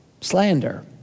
Slander